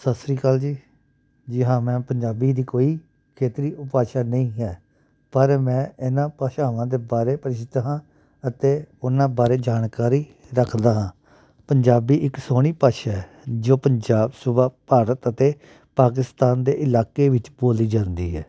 ਸਤਿ ਸ਼੍ਰੀ ਅਕਾਲ ਜੀ ਜੀ ਹਾਂ ਮੈਂ ਪੰਜਾਬੀ ਦੀ ਕੋਈ ਖੇਤਰੀ ਉਪਭਾਸ਼ਾ ਨਹੀਂ ਹੈ ਪਰ ਮੈਂ ਇਹਨਾਂ ਭਾਸ਼ਾਵਾਂ ਦੇ ਬਾਰੇ ਪ੍ਰਸਿੱਧ ਹਾਂ ਅਤੇ ਉਹਨਾਂ ਬਾਰੇ ਜਾਣਕਾਰੀ ਰੱਖਦਾ ਹਾਂ ਪੰਜਾਬੀ ਇੱਕ ਸੋਹਣੀ ਭਾਸ਼ਾ ਹੈ ਜੋ ਪੰਜਾਬ ਸੂਬਾ ਭਾਰਤ ਅਤੇ ਪਾਕਿਸਤਾਨ ਦੇ ਇਲਾਕੇ ਵਿੱਚ ਬੋਲੀ ਜਾਂਦੀ ਹੈ